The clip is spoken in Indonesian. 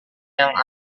yang